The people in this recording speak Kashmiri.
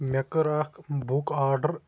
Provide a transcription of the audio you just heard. مےٚ کٕر اَکھ بُک آڈَر